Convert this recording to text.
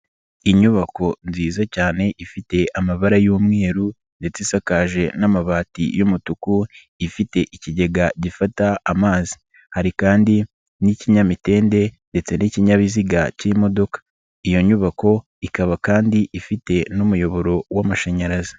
Inyubako nziza cyane ifite amabara y'umweru ndetse isakaje n'amabati y'umutuku ifite ikigega gifata amazi, hari kandi n'ikinyamitende ndetse n'ikinyabiziga k'imodoka, iyo nyubako ikaba kandi ifite n'umuyoboro w'amashanyarazi.